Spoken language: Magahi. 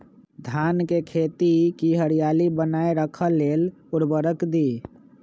धान के खेती की हरियाली बनाय रख लेल उवर्रक दी?